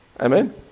Amen